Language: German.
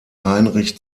heinrich